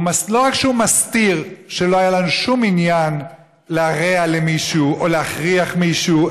לא רק שהוא מסתיר שלא היה לנו שום עניין להרע למישהו או להכריח מישהו,